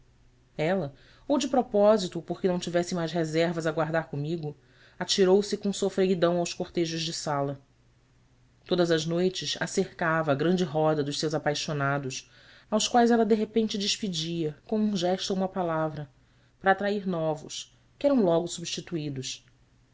ela ou de propósito ou porque não tivesse mais reservas a guardar comigo atirou-se com sofreguidão aos cortejos de sala todas as noites a cercava a grande roda dos seus apaixonados aos quais ela de repente despedia com um gesto ou uma palavra para atrair novos que eram logo substituídos